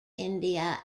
india